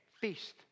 feast